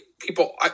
people –